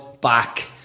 back